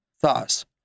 Thus